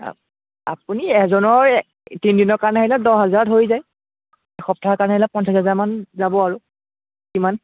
আ আপুনি এজনৰ তিনিদিনৰ কাৰণে আহিলে দহ হাজাৰত হৈ যায় এসপ্তাহৰ কাৰণে আহিলে পঞ্চাছ হাজাৰমান যাব আৰু কিমান